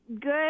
good